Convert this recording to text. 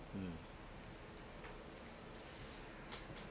mm